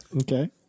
okay